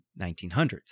1900s